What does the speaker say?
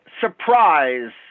surprise